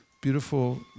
beautiful